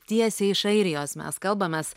tiesiai iš airijos mes kalbamės